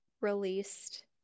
released